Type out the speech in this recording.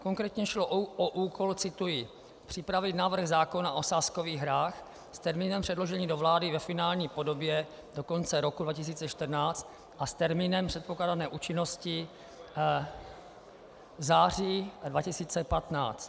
Konkrétně šlo o úkol cituji připravit návrh zákona o sázkových hrách s termínem předložení do vlády ve finální podobě do konce roku 2014 a s termínem předpokládané účinnosti v září 2015.